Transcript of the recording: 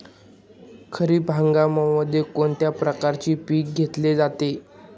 खरीप हंगामामध्ये कोणत्या प्रकारचे पीक घेतले जाते?